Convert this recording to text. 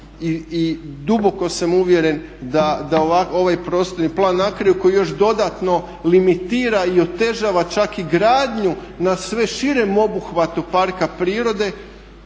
i duboko sam uvjeren da ovaj prostorni plan na kraju koji još dodatno limitira i otežava čak i gradnju na sve širem obuhvatu parka prirode,